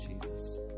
Jesus